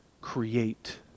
create